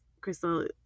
Crystal